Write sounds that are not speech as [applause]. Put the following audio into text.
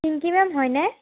[unintelligible] হয়নে